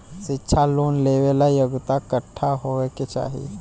शिक्षा लोन लेवेला योग्यता कट्ठा होए के चाहीं?